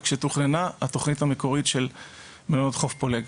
וכאשר תוכננה התוכנית המקורית של מלונות חוף פולג.